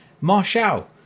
Marshall